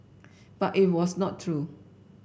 but it was not true